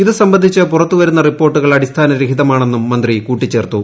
ഇത് സംബന്ധിച്ച് പുറത്തുവരുന്ന റിപ്പോർട്ടുകൾ അടിസ്ഥാന രഹിതമാണെന്നും മന്ത്രി കൂട്ടിച്ചേർത്തു